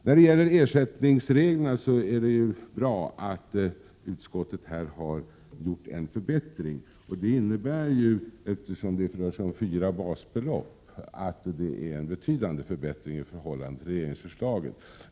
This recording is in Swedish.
När det gäller ersättningsreglerna är det bra att utskottet har gjort en förbättring. Eftersom utskottets förslag rör sig om fyra basbelopp innebär det en betydande förbättring i förhållande till regeringsförslaget.